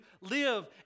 live